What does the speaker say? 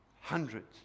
Hundreds